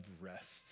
rest